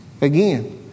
Again